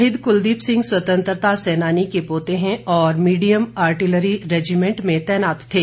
शहीद कुलदीप सिंह स्वतंत्रता सेनानी के पोते हैं और मीडियम आर्टिलरी रेजिमैंट में तैनात थे